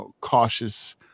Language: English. cautious